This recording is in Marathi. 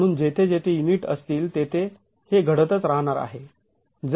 म्हणून जेथे जेथे युनिट असतील तेथे हे घडतच राहणार आहे